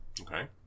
okay